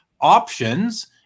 options